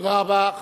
תודה רבה.